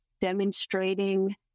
demonstrating